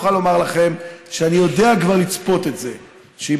יכול לומר לכם שאני יודע כבר לצפות את זה שאם